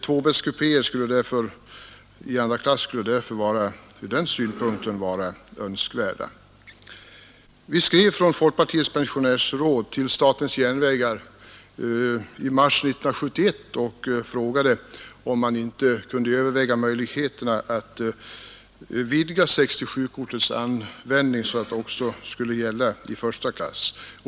Tvåbäddskupéer i andraklassvagnar skulle därför från den synpunkten vara önskvärda. Från folkpartiets pensionärsdelegation skrev vi till SJ i mars 1971 och frågade om SJ inte kunde överväga möjligheterna att vidga 67-kortets användning så att det också skulle gälla första klass.